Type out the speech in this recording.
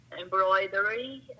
embroidery